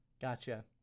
Gotcha